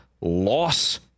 loss